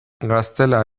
gaztela